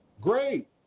Great